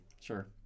Sure